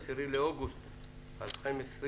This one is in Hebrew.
היום 10 באוגוסט 2020,